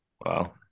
wow